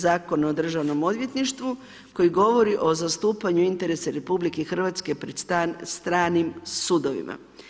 Zakona o Državnom odvjetništvu, koji govori o zastupanju interesa RH pred stranim sudovima.